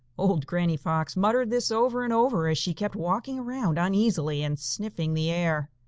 old granny fox muttered this over and over, as she kept walking around uneasily and sniffing the air.